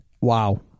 Wow